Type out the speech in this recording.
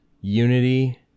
Unity